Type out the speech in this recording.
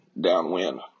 downwind